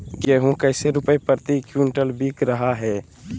गेंहू कैसे रुपए प्रति क्विंटल बिक रहा है?